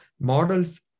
models